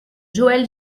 joël